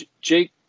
Jake